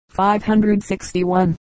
561